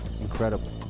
Incredible